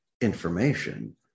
information